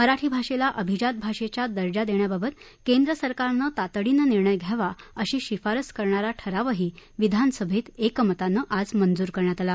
मराठी भाषेला अभिजात भाषेचा दर्जा देण्याबाबत केंद्र सरकारनं तातडीनं निर्णय घ्यावा अशी शिफारस करणारा ठरावही विधावसभेत एकमतानं मंजूर करण्यात आला